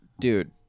Dude